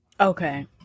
Okay